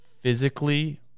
physically